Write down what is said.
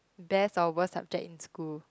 best or worst subject in school